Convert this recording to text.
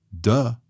Duh